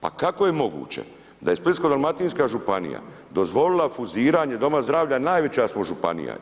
Pa kako je moguće da je Splitsko-dalmatinska županija dozvolila fuziranje doma zdravlja a najveća smo županija.